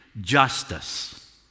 justice